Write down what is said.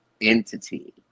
entity